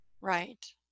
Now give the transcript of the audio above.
right